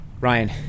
Ryan